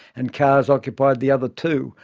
and cars occupied the other two,